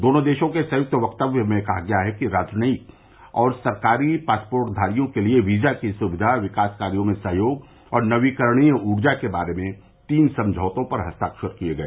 दोनों देशों के संयुक्त वक्तव्य में कहा गया है कि राजनयिक और सरकारी पासपोर्टधारियों के लिए वीजा की सुक्धिा विकास कार्यो में सहयोग और नवीकरणीय ऊर्जाके बारे में तीन समझौतों पर हस्ताक्षर किए गए